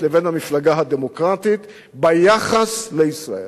לבין המפלגה הדמוקרטית ביחס לישראל.